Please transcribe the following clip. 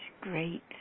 great